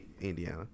Indiana